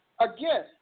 Again